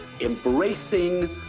embracing